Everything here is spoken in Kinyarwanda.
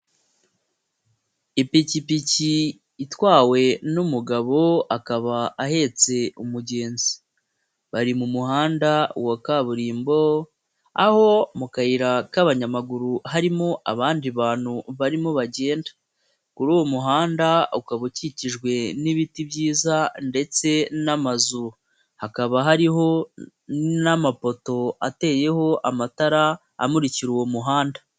Ipikipiki itwawe n'umugabo akaba ahetse umugenzi bari mu muhanda wa kaburimbo aho mu kayira k'abanyamaguru harimo abandi bantu barimo bagenda, kuri uwo muhanda ukaba ukikijwe n'ibiti byiza ndetse n'amazu, hakaba hariho n'amapoto ateyeho amatara amurikira uwo muhanda.